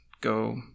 go